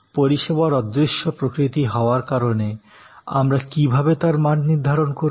পরিষেবার অদৃশ্য প্রকৃতি হওয়ার কারনে আমরা কীভাবে তার মান নির্ধারণ করব